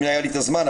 אם היה לי זמן,